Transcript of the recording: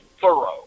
thorough